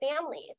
families